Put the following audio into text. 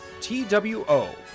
T-W-O